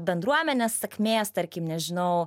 bendruomenės sakmės tarkim nežinau